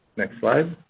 next slide.